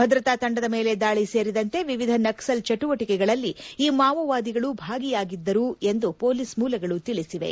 ಭದ್ರತಾ ತಂಡದ ಮೇಲೆ ದಾಳಿ ಸೇರಿದಂತೆ ವಿವಿಧ ನಕ್ಸಲ್ ಚಟುವಟಿಕೆಗಳಲ್ಲಿ ಈ ಮಾವೋದಿಗಳು ಭಾಗಿಯಾಗಿದ್ದಾರೆ ಎಂದು ಪೊಲೀಸ್ ಮೂಲಗಳು ತಿಳಿಸಿವೆ